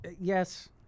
Yes